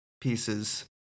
pieces